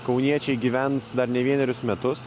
kauniečiai gyvens dar ne vienerius metus